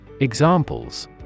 Examples